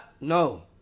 no